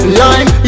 line